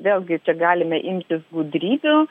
vėlgi čia galime imtis gudrybių